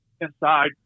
inside